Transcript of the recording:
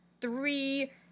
three